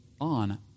on